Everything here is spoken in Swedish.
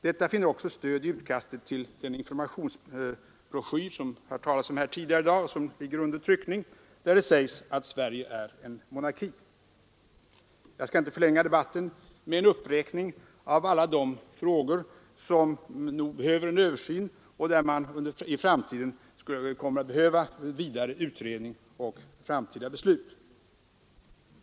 Detta finner också stöd i utkastet till den informationsbroschyr som det har talats om här tidigare i dag och som ligger under tryckning och där det sägs att Sverige är en monarki. Jag skall inte förlänga debatten med en uppräkning av alla de frågor som behöver en översyn och där man i framtiden kommer att behöva vidare utredningar och beslut.